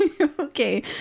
Okay